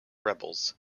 rebels